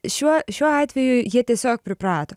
šiuo šiuo atveju jie tiesiog priprato